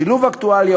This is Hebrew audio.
שילוב אקטואליה,